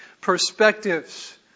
perspectives